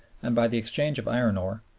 and by the exchange of iron-ore,